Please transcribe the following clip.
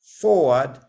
forward